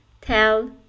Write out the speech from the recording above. tell